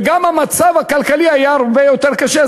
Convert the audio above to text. וגם המצב הכלכלי היה הרבה יותר קשה.